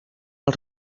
els